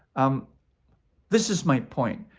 um this is my point.